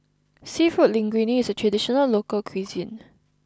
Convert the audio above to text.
Seafood Linguine is a traditional local cuisine